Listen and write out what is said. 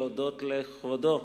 להודות לכבודו,